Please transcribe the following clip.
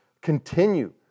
continue